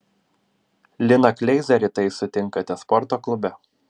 liną kleizą rytais sutinkate sporto klube